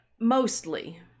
Mostly